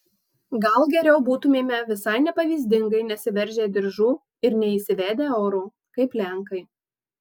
gal geriau būtumėme visai nepavyzdingai nesiveržę diržų ir neįsivedę euro kaip lenkai